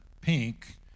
pink